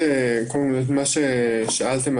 שכמו שאמרתי,